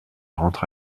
rentre